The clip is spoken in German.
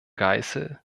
geißel